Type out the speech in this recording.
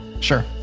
sure